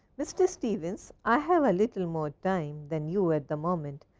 mr. stevens, i have a little more time than you at the moment.